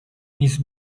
miss